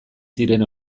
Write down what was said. ziren